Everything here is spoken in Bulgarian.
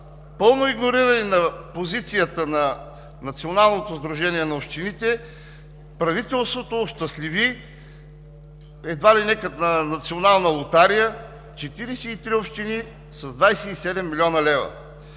пълно игнориране позицията на Националното сдружение на общините правителството ощастливи едва ли не като в национална лотария 43 общини с над 27 млн. лв.